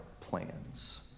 plans